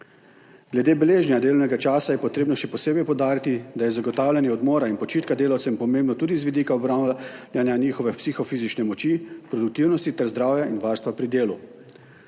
Glede beleženja delovnega časa je potrebno še posebej poudariti, da je zagotavljanje odmora in počitka delavcem pomembno tudi z vidika / nerazumljivo/ njihove psihofizične moči, produktivnosti ter zdravja in varstva pri delu.